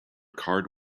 card